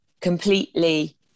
completely